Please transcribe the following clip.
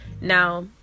now